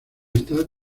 está